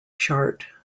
chart